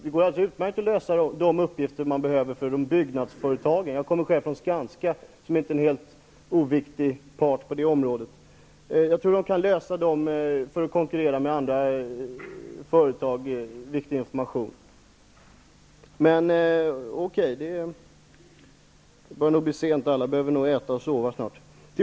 Det går alldeles utmärkt att inhämta de uppgifter man behöver från byggnadsföretagen. Jag kommer själv från Skanska, som är en inte helt oviktig part på det området. Jag tror att de företagen kan lösa detta genom att konkurrera med andra företag om viktig information. Men okej, det börjar bli sent. Alla behöver nog äta och sova snart.